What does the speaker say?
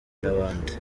n’abandi